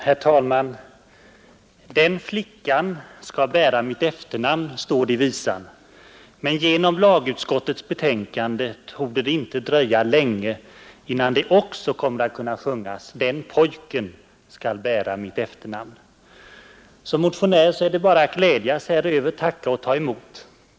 Herr talman! ”Den flickan skall bära mitt efternamn”, står det i visan, Men genom lagutskottets betänkande torde det inte dröja länge innan det 7 också kommer att kunna sjungas ”Den pojken skall bära mitt efternamn”. Som motionär är det bara att glädjas häröver, tacka och ta emot.